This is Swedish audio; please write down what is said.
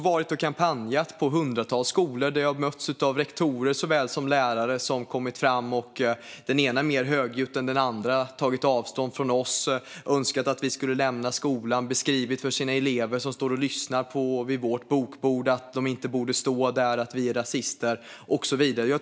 Jag har också kampanjat på hundratals skolor där jag har mötts av rektorer och lärare som, den ena mer högljutt än den andra, kommit fram och tagit avstånd från oss, önskat att vi skulle lämna skolan och beskrivit för sina elever, som stått och lyssnat vid vårt bokbord, att de inte borde stå där, att vi är rasister och så vidare.